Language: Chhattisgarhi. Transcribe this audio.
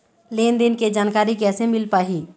लेन देन के जानकारी कैसे मिल पाही?